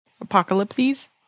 apocalypses